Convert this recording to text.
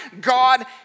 God